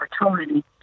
opportunity